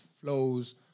flows